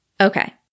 Okay